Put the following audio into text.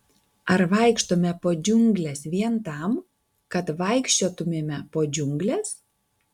ar vaikštome po džiungles vien tam kad vaikščiotumėme po džiungles